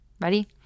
Ready